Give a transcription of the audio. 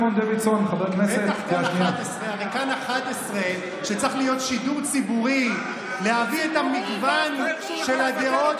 כאן 11. כאן 11. כאן 11. יוראי להב הרצנו,